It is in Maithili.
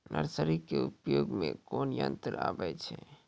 नर्सरी के उपयोग मे कोन यंत्र आबै छै?